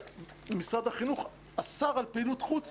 שמשרד החינוך אסר על פעילות חוץ,